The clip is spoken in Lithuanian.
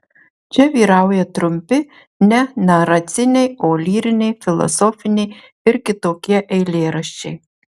čia vyrauja trumpi ne naraciniai o lyriniai filosofiniai ir kitokie eilėraščiai